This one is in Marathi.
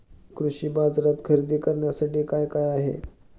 कृषी बाजारात खरेदी करण्यासाठी काय काय आहे?